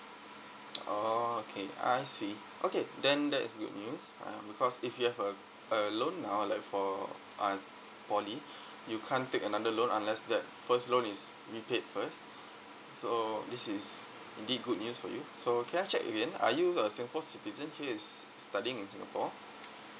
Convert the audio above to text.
oh okay I see okay then that is good news uh because if you have a a loan now like for uh poly you can't take another loan unless that first loan is prepaid first so this is indeed good news for you so can I check again are you a singapore citizen here is studying in singapore